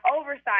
oversight